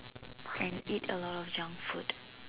and eat a lot of junk food